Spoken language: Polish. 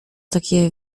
takie